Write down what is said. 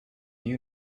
you